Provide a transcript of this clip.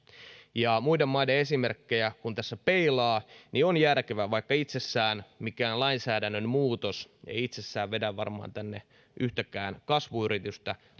muiden maiden esimerkkejä kun tässä peilaa niin on järkevää vaikka mikään lainsäädännön muutos ei itsessään varmaan vedä tänne yhtäkään kasvuyritystä